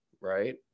right